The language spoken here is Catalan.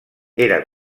era